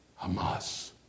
Hamas